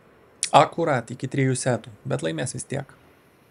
akurat iki trijų setų bet laimės vis tiek